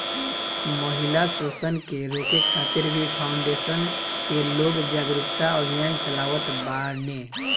महिला शोषण के रोके खातिर भी फाउंडेशन कअ लोग जागरूकता अभियान चलावत बाने